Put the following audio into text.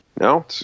No